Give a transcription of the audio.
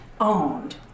owned